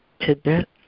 tidbit